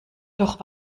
doch